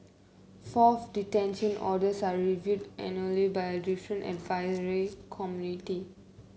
fourth detention orders are reviewed annually by a different advisory committee